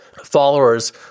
Followers